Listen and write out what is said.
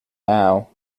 now